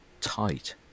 tight